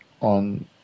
on